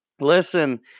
listen